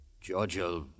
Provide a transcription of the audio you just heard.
Georgia